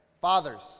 Fathers